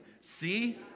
See